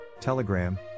Telegram